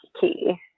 key